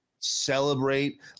celebrate